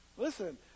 Listen